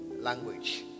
Language